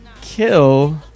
kill